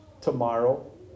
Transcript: tomorrow